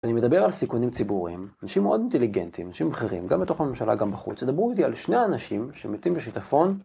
אני מדבר על סיכונים ציבוריים, אנשים מאוד אינטליגנטים, אנשים אחרים, גם בתוך הממשלה, גם בחוץ, תדברו איתי על שני אנשים שמתים בשיטפון.